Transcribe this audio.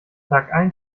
tagein